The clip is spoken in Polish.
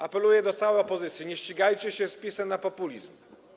Apeluję do całej opozycji: nie ścigajcie się z PiS-em na populizm.